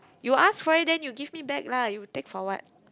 you ask for you then you give me back lah you take for what